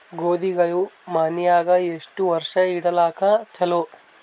ಗೋಧಿಗಳು ಮನ್ಯಾಗ ಎಷ್ಟು ವರ್ಷ ಇಡಲಾಕ ಚಲೋ?